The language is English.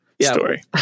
story